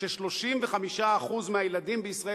ש-35% מהילדים בישראל,